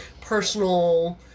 personal